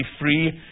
free